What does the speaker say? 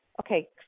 Okay